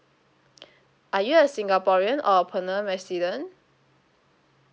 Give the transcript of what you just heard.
are you a singaporean or a permanent resident